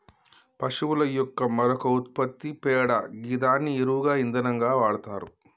పశువుల యొక్క మరొక ఉత్పత్తి పేడ గిదాన్ని ఎరువుగా ఇంధనంగా వాడతరు